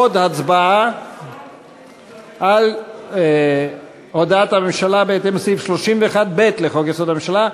עוד הצבעה על הודעת הממשלה בהתאם לסעיף 31(ב) לחוק-יסוד: הממשלה,